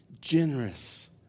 generous